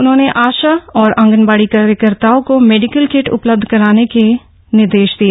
उन्होंने आशा और आंगनबाडी कार्यकर्ताओं को मेडिकल किट उपलब्ध कराने के भी निर्देश दिए